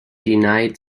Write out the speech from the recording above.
denied